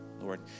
Lord